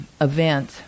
event